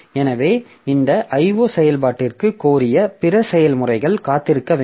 எனவே இந்த IO செயல்பாட்டிற்கு கோரிய பிற செயல்முறைகள் காத்திருக்க வேண்டும்